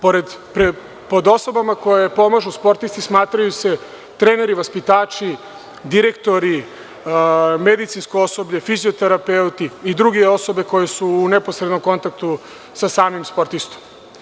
Pod osobama koje pomažu sportiste smatraju se treneri, vaspitači, direktori, medicinsko osoblje, fizioterapeuti i druge osobe koje su u neposrednom kontaktu sa samim sportistom.